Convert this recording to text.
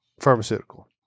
Pharmaceutical